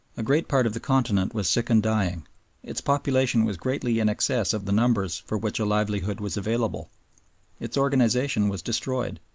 a great part of the continent was sick and dying its population was greatly in excess of the numbers for which a livelihood was available its organization was destroyed,